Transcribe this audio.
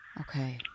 Okay